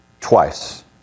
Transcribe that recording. twice